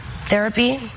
Therapy